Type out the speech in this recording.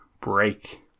Break